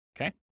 okay